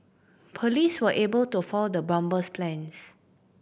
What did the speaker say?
police were able to foil the bomber's plans